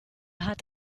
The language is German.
hat